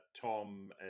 Tom